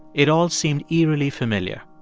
it all seemed eerily familiar.